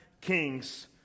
kings